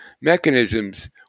mechanisms